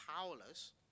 powerless